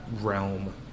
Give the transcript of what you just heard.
realm